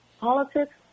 Politics